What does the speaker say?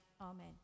amen